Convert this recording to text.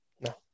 No